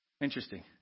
Interesting